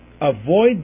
avoid